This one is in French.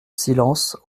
silence